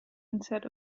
instead